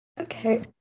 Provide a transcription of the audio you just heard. okay